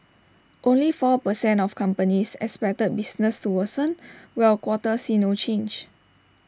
only four per cent of companies expected business to worsen while A quarter see no change